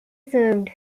served